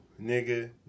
nigga